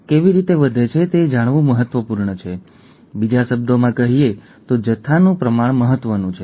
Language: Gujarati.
હજી સુધી તેમનો ઇલાજ કરવો તેના બદલે મુશ્કેલ છે